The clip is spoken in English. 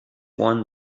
won